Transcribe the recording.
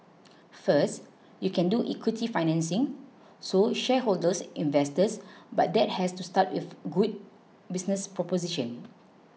first you can do equity financing so shareholders investors but that has to start with a good business proposition